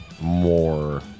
more